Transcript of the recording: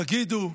יגידו: